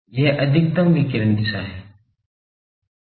यह अधिकतम विकिरण दिशा है